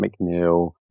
McNeil